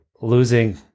losing